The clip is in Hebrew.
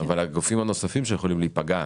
אבל גופים נוספים שעלולים להיפגע,